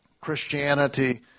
Christianity